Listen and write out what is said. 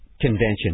Convention